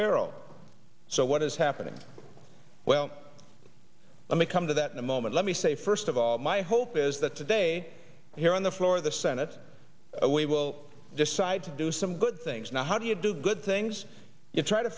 barrel so what is happening well let me come to that in a moment let me say first of all my hope is that today here on the floor of the senate we will decide to do some good things now how do you do good things you try to